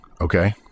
okay